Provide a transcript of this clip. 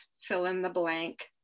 fill-in-the-blank